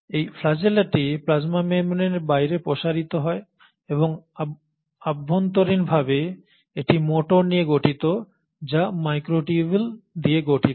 এই ফ্ল্যাজেলাটি প্লাজমা মেমব্রেনের বাইরে প্রসারিত হয় এবং অভ্যন্তরীণভাবে এটি মোটর নিয়ে গঠিত যা মাইক্রোটিউবুল দিয়ে গঠিত